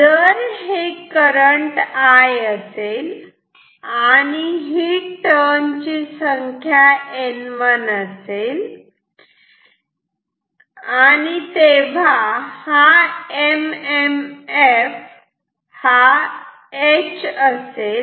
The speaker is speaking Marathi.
जर हे करंट I असेल आणि ही टर्न ची संख्या N1 असेल तेव्हा एम एम एफ हा H असेल